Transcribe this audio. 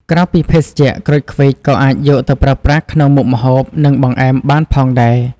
ក្រៅពីភេសជ្ជៈ ក្រូចឃ្វិចក៏អាចយកទៅប្រើប្រាស់ក្នុងមុខម្ហូប និងបង្អែមបានផងដែរ។